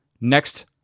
next